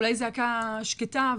אולי זעקה שקטה,